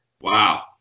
Wow